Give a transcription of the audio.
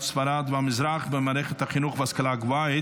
ספרד והמזרח במערכת החינוך וההשכלה הגבוהה,